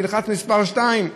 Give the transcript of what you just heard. תלחץ על 2,